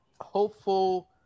hopeful